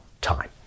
time